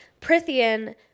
Prithian